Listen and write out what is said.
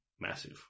massive